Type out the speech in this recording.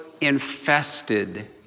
infested